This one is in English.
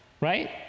Right